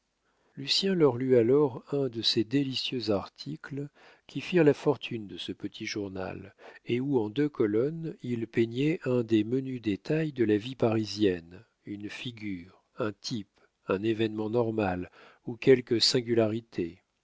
lucien leur lut alors un de ces délicieux articles qui firent la fortune de ce petit journal et où en deux colonnes il peignait un des menus détails de la vie parisienne une figure un type un événement normal ou quelques singularités